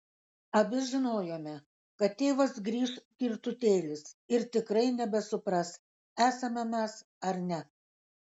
abi žinojome kad tėvas grįš girtutėlis ir tikrai nebesupras esame mes ar ne